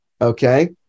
Okay